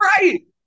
Right